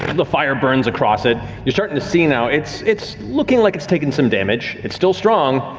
and the fire burns across it. you're starting to see now, it's it's looking like it's taking some damage. it's still strong,